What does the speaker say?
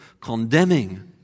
condemning